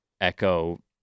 echo